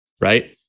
right